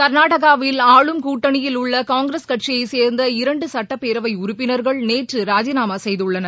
காநாடகாவில் ஆளும் கூட்டணியில் உள்ள காங்கிரஸ் கட்சியைச் சேர்ந்த இரண்டு கட்டப்பேரவை உறுப்பினர்கள் நேற்று ராஜிநாமா செய்துள்ளனர்